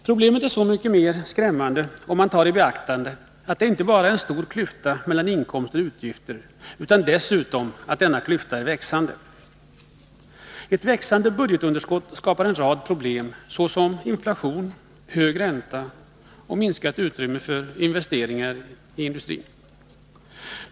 Problemet är så mycket mer skrämmande om man tar i beaktande inte bara att det är en stor klyfta mellan inkomster och utgifter utan dessutom att denna klyfta är Nr 51 växande. Onsdagen den Ett växande budgetunderskott skapar en rad problem, såsom inflation, 15 december 1982 hög ränta och minskat utrymme för investeringar i industrin.